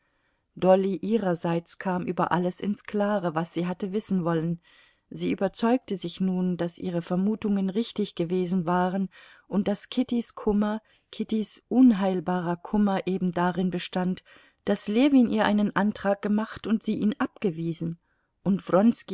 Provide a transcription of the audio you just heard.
dolly ihrerseits kam über alles ins klare was sie hatte wissen wollen sie überzeugte sich nun daß ihre vermutungen richtig gewesen waren und daß kittys kummer kittys unheilbarer kummer eben darin bestand daß ljewin ihr einen antrag gemacht und sie ihn abgewiesen und